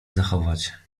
zachować